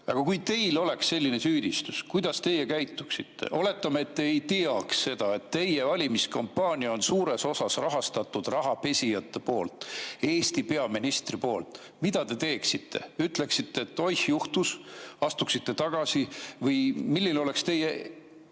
Kui teil oleks selline süüdistus, kuidas teie käituksite? Oletame, et te ei tea, et teie valimiskampaania on suures osas rahastatud rahapesijate poolt, Eesti peaministri [valimiskampaania]. Mida te teeksite? Ütleksite, et oih, juhtus, ja astuksite tagasi? Või milline oleks sellisel